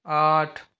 आठ